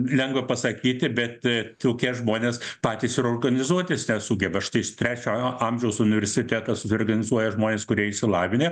lengva pasakyti bet tokie žmonės patys ir organizuotis nesugeba štais trečiojo amžiaus universitetas suorganizuoja žmones kurie išsilavinę